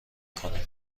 کنیم